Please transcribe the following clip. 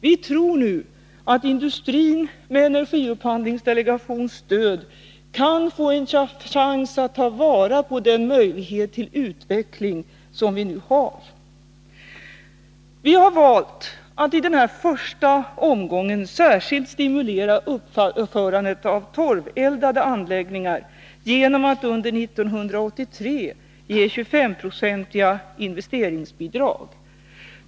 Vi tror att industrin med energiupphandlingsdelegationens stöd kan få en chans att ta vara på den möjlighet till utveckling som nu finns. Vi har valt att i denna första omgång särskilt stimulera uppförandet av torveldade anläggningar genom att under 1983 ge 25-procentiga investeringsbidrag.